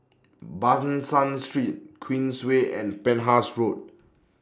Ban San Street Queensway and Penhas Road